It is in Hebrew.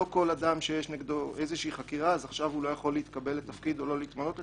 לא כל אדם שיש נגדו חקירה לא יכול להתקבל או להתמנות לתפקיד.